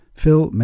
Phil